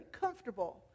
comfortable